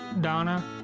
Donna